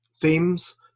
themes